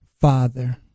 Father